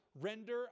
render